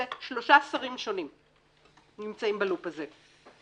זה שלושה שרים שונים נמצאים בלופ הזה.